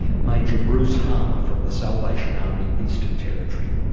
major bruce harmer from the salvation army eastern territory.